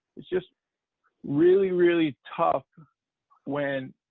it's just really, really tough when